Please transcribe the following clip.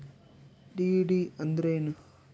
DD ಅಂದ್ರೇನು?